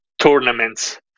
tournaments